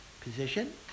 position